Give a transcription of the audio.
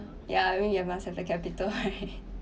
yeah I mean you must have the capital right